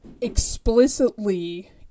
explicitly